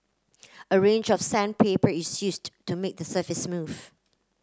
a range of sandpaper is used to make the surface smooth